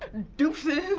deuces,